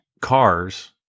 cars